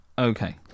Okay